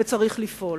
וצריך לפעול.